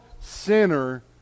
sinner